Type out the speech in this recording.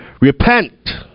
repent